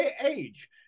age